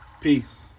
Peace